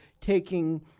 taking